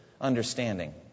understanding